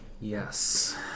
Yes